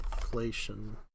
inflation